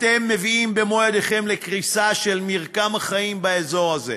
אתם מביאים במו-ידיכם לקריסה של מרקם החיים באזור הזה,